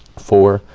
four,